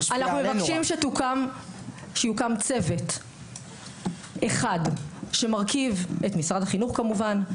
אנחנו מבקשים שיוקם צוות אחד שמורכב ממשרד החינוך כמובן,